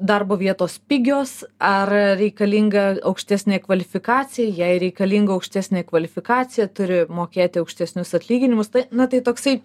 darbo vietos pigios ar reikalinga aukštesnė kvalifikacija jei reikalinga aukštesnė kvalifikacija turi mokėti aukštesnius atlyginimus na tai toksai